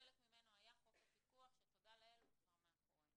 חלק ממנו היה חוק הפיקוח שתודה לאל הוא כבר מאחורינו.